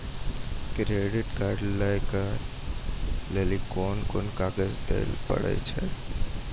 Credit card लै के लेली कोने कोने कागज दे लेली पड़त बताबू?